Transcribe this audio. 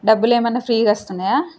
డబ్బులు ఏమన్నా ఫ్రీగా వస్తున్నాయా